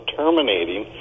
terminating